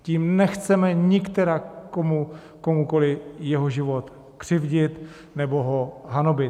Tím nechceme nikterak komukoliv jeho život křivdit nebo ho hanobit.